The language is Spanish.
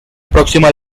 próxima